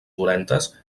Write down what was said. dolentes